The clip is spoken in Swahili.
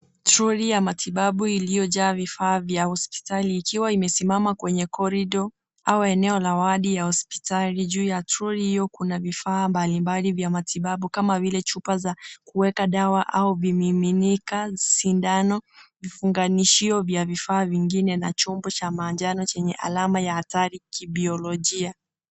Troli ya matibabu iliyojaa vifaa vya hospitali ikiwa imesimama kwenye korido au eneo la wadi la hospitali juu ya troli hilo kuna vifaa mbalimbali vya matibabu kama vile ,chupa za kuweka dawa au vimiminika ,sindano, vifunganishio vya vifaa vingine na chombo cha manjano kilicho na alama ya hatari kibayolojia.